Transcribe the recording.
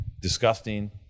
disgusting